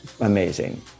amazing